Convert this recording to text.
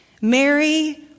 Mary